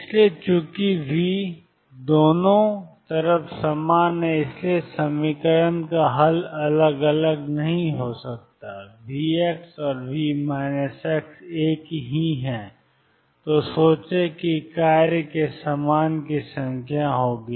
इसलिए चूंकि V दोनों तरफ समान है इसलिए समीकरण का हल अलग अलग नहीं हो सकता है V और V एक ही हैं तो सोचें कि कार्य के समान ही संख्या होगी